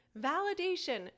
validation